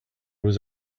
was